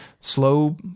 Slow